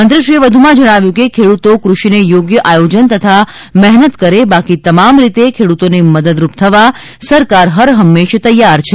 મંત્રીશ્રીએ વધુમાં જણાવ્યું હતું કે ખેડૂતો કૃષિને યોગ્ય આયોજન તથા મહેનત કરે બાકી તમામ રીતે ખેડૂતોને મદદરૂપ થવા સરકાર હર હંમેશ તૈયાર છે